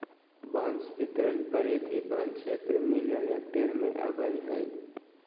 बांस बितरण परिधि वन क्षेत्र मिलियन हेक्टेयर में अबैय हइ